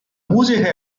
musica